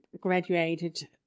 graduated